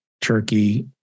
Turkey